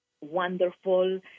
wonderful